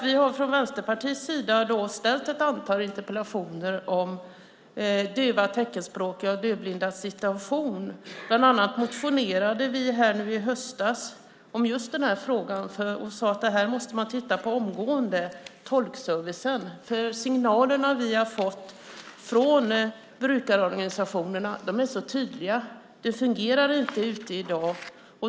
Vi har från Vänsterpartiets sida väckt ett antal interpellationer om dövas, teckenspråkigas och dövblindas situation. Bland annat motionerade vi i höstas om just den här frågan och sade att man omgående måste titta på tolkservicen. De signaler vi har fått från brukarorganisationerna är så tydliga: Det fungerar inte ute i dag.